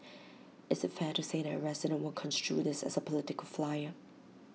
is IT fair to say that A resident will construe this as A political flyer